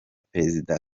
perezida